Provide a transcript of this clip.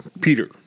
Peter